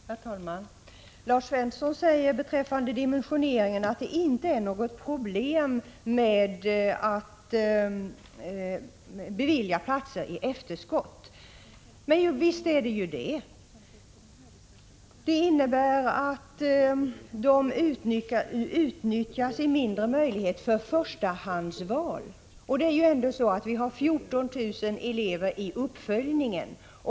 Herr talman! Lars Svensson säger beträffande dimensioneringen att det inte är något problem att bevilja platser i efterskott. Men visst finns det sådana problem. Dessa platser utnyttjas i mindre utsträckning för förstahandsval. Vi har 14 000 elever i uppföljningsskedet.